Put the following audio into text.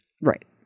right